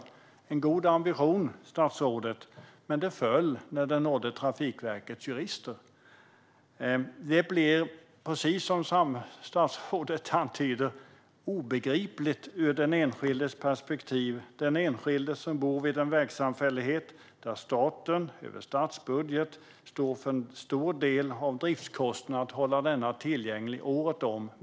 Det är en ambition, statsrådet, men den föll när den nådde Trafikverkets jurister. Som statsrådet antyder blev det obegripligt ur den enskildes perspektiv, alltså för den enskilde som bor vid en vägsamfällighet, där staten över statsbudget genom statsbidrag står för en stor del av driftskostnaden för att hålla denna tillgänglig året om.